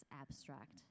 abstract